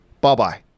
Bye-bye